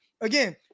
Again